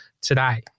today